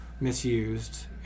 misused